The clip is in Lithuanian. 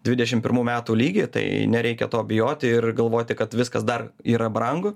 dvidešim pirmų metų lygį tai nereikia to bijoti ir galvoti kad viskas dar yra brangu